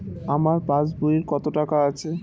আমার পাস বইয়ে কত টাকা আছে?